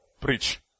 preach